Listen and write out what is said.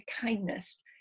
kindness